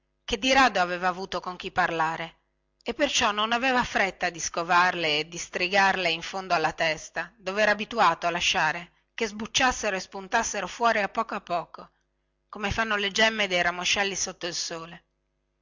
chè di rado aveva avuto con chi parlare e perciò non aveva fretta di scovarle e distrigarle in fondo alla testa dove era abituato a lasciare che sbucciassero e spuntassero fuori a poco a poco come fanno le gemme dei ramoscelli sotto il sole